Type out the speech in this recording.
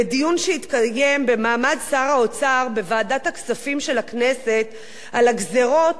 בדיון שהתקיים במעמד שר האוצר בוועדת הכספים של הכנסת על הגזירות